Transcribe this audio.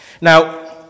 Now